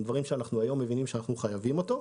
דברים שהיום אנחנו מבינים שחייבים אותם.